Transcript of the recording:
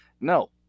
No